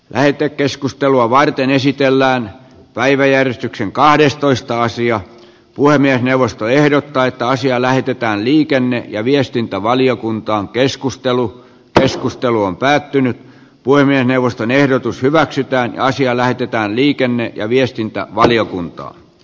lähetekeskustelua varten esitellään päiväjärjestyksen kahdestoista asiaa puhemiesneuvosto ehdottaa että asia lähetetään liikenne ja viestintävaliokuntaan keskustelu keskustelu on päättynyt poimia neuvoston ehdotus hyväksytäänkö asia lähetetään liikenne ja ylpeitä